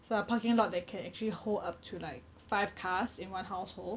it's like a parking lot that can actually hold up to like five cars in one household